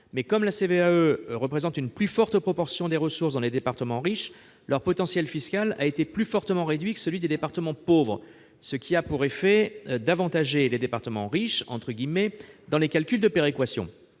Mais comme la CVAE représente une plus forte proportion des ressources dans les départements « riches », leur potentiel fiscal a été plus fortement réduit que celui des départements « pauvres », ce qui a pour effet d'avantager les départements « riches » dans les calculs de péréquation.